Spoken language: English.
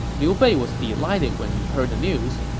liu bei was delighted when he heard the news.